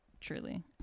truly